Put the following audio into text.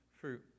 fruit